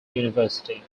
university